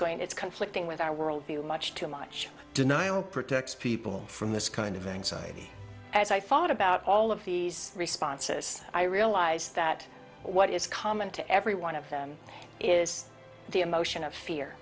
going it's conflicting with our world view much too much denial protects people from this kind of anxiety as i thought about all of these responses i realize that what is common to every one of them is the emotion of fear